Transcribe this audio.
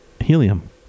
helium